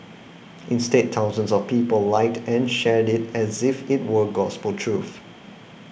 instead thousands of people liked and shared it as if it were gospel truth